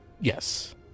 Yes